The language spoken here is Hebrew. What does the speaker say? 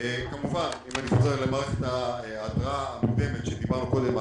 כמובן אם אני חוזר למערכת ההתרעה המוקדמת שדיברנו קודם,